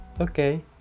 Okay